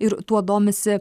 ir tuo domisi